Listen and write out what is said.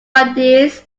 ideas